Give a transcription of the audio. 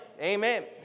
Amen